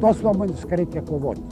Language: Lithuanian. tos nuomonės kad reikia kovoti